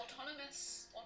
autonomous